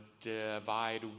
divide